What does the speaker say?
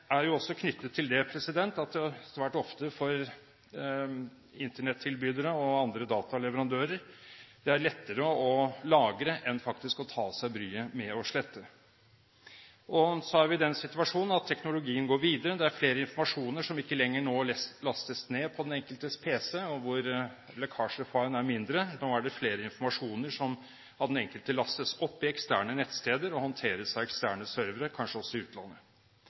også knyttet til det at det svært ofte for Internett-tilbydere og andre dataleverandører faktisk er lettere å lagre enn å ta seg bryet med å slette. Så er vi i den situasjonen at teknologien går videre. Det er informasjon som ikke lenger lett lastes ned på den enkeltes pc, og hvor lekkasjefaren er mindre. Det er informasjon som av den enkelte lastes opp på eksterne nettsteder og håndteres av eksterne servere, kanskje også i utlandet.